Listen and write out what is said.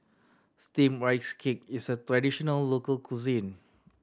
Steamed Rice Cake is a traditional local cuisine